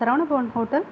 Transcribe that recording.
Saravana Bhavan hotel